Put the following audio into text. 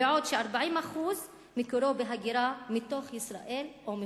בעוד 40% מקורם בהגירה מתוך ישראל או מחו"ל.